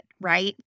right